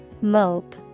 Mope